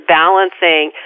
balancing